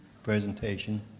Presentation